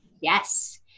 Yes